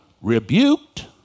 rebuked